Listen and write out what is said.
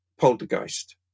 Poltergeist